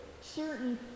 certain